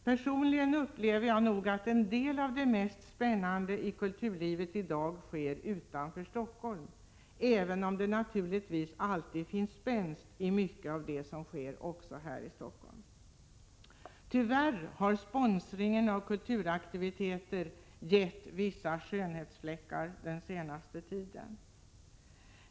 Personligen upplever jag att en del av det mest spännande i kulturlivet i dag sker utanför Stockholm, även om det naturligtvis alltid finns spänst i mycket av det som sker också i Stockholm. Tyvärr har sponsringen av kulturaktiviteter gett vissa skönhetsfläckar den senaste tiden.